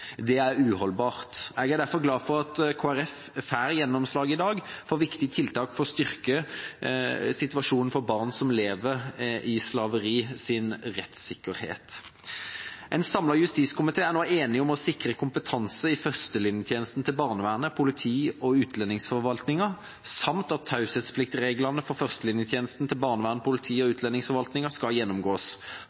Det er uholdbart. Jeg er derfor glad for at Kristelig Folkeparti får gjennomslag i dag for viktige tiltak for å styrke situasjonen og rettssikkerheten for barn som lever i slaveri. En samlet justiskomité er nå enig om å sikre kompetanse i førstelinjetjenesten til barnevernet, politiet og utlendingsforvaltningen samt at taushetspliktsreglene for førstelinjetjenesten til barnevernet, politiet og utlendingsforvaltningen skal gjennomgås